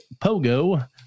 pogo